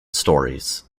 stories